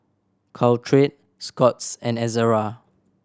Caltrate Scott's and Ezerra